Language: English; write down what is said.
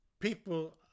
people